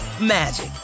magic